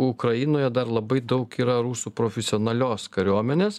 ukrainoje dar labai daug yra rusų profesionalios kariuomenės